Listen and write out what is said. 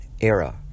era